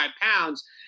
pounds